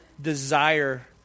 desire